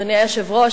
אדוני היושב-ראש,